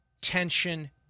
tension